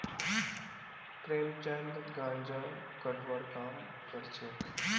प्रेमचंद गांजा कटवार काम करछेक